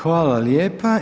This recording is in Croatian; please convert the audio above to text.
Hvala lijepa.